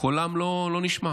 וקולם לא נשמע.